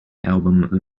album